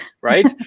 right